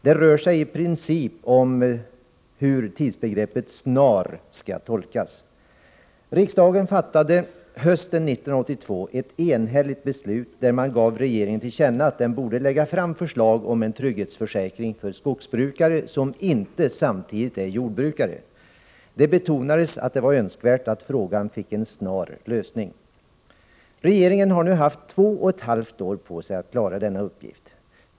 Det rör sig i princip om hur tidsbegreppet snar skall tolkas. Riksdagen fattade hösten 1982 ett enhälligt beslut där man gav regeringen till känna att den borde lägga fram förslag om en trygghetsförsäkring för skogsbrukare som inte samtidigt är jordbrukare. Det betonades att det var önskvärt att frågan fick en snar lösning. Regeringen har nu haft två och ett halvt år på sig att klara denna uppgift.